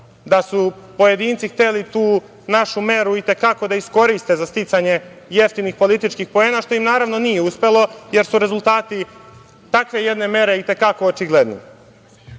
da su pojedinci hteli tu našu meru i te kako da iskoriste za sticanje jeftinih političkih poena, što im naravno nije uspelo, jer su rezultati takve jedne mere i te kako očigledni. Predsednik